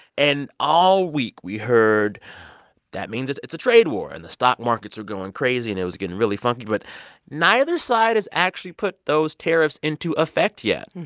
and all week, we heard that means it's it's a trade war. and the stock markets are going crazy. and it is getting really funky. but neither side has actually put those tariffs into effect yet.